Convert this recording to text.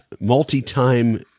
multi-time